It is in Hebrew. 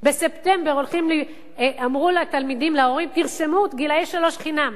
בספטמבר אמרו להורים: תרשמו את גילאי שלוש חינם.